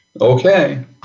Okay